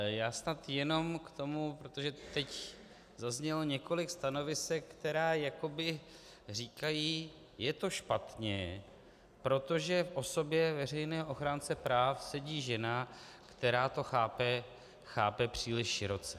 Já snad jenom k tomu, protože teď zaznělo několik stanovisek, která jakoby říkají: je to špatně, protože v osobě veřejného ochránce práv sedí žena, která to chápe příliš široce.